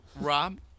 Rob